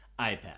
iPad